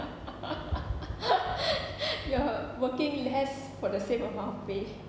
you are working less for the same amount of pay